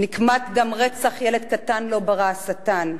נקמת דם ילד קטן לא ברא השטן.